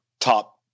top